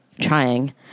trying